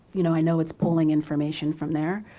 you know i know it's pulling information from there.